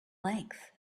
length